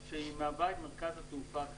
שהיא מהווה את מרכז התעופה הקלה.